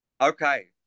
Okay